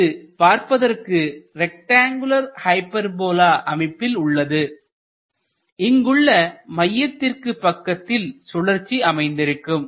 இது பார்ப்பதற்கு rectangular hyperbola அமைப்பில் உள்ளது இங்குள்ள மையத்திற்கு பக்கத்தில் சுழற்சி அமைந்திருக்கும்